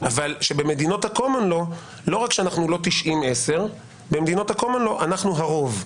- לא רק שאנחנו לא 90-10 אלא אנחנו הרוב.